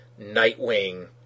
Nightwing